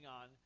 on